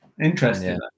interesting